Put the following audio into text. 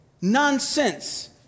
nonsense